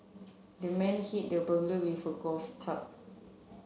the man hit the burglar with a golf club